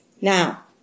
Now